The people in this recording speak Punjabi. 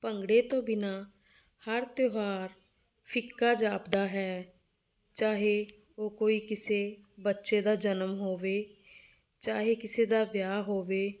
ਭੰਗੜੇ ਤੋਂ ਬਿਨਾਂ ਹਰ ਤਿਉਹਾਰ ਫਿੱਕਾ ਜਾਪਦਾ ਹੈ ਚਾਹੇ ਉਹ ਕੋਈ ਕਿਸੇ ਬੱਚੇ ਦਾ ਜਨਮ ਹੋਵੇ ਚਾਹੇ ਕਿਸੇ ਦਾ ਵਿਆਹ ਹੋਵੇ